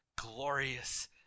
glorious